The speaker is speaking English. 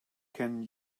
can